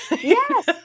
yes